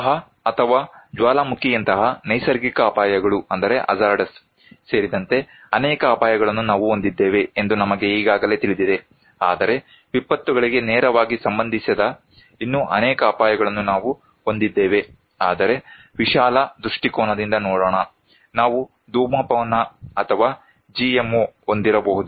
ಪ್ರವಾಹ ಅಥವಾ ಜ್ವಾಲಾಮುಖಿಯಂತಹ ನೈಸರ್ಗಿಕ ಅಪಾಯಗಳು ಸೇರಿದಂತೆ ಅನೇಕ ಅಪಾಯಗಳನ್ನು ನಾವು ಹೊಂದಿದ್ದೇವೆ ಎಂದು ನಮಗೆ ಈಗಾಗಲೇ ತಿಳಿದಿದೆ ಆದರೆ ವಿಪತ್ತುಗಳಿಗೆ ನೇರವಾಗಿ ಸಂಬಂಧಿಸದ ಇನ್ನೂ ಅನೇಕ ಅಪಾಯಗಳನ್ನು ನಾವು ಹೊಂದಿದ್ದೇವೆ ಆದರೆ ವಿಶಾಲ ದೃಷ್ಟಿಕೋನದಿಂದ ನೋಡೋಣ ನಾವು ಧೂಮಪಾನ ಅಥವಾ GMO ಹೊಂದಿರಬಹುದು